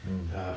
mmhmm